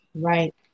right